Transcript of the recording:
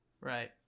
right